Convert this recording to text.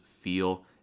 feel